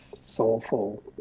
soulful